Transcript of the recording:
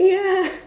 ya